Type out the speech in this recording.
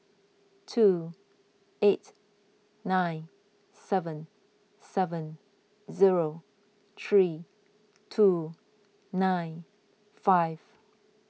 two eight nine seven seven zero three two nine five